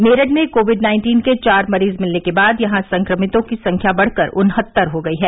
मेरठ में COVID nineteen के चार मरीज मिलने के बाद यहां संक्रमितों की संख्या बढ़कर उन्हत्तर हो गई है